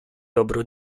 dobro